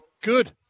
Good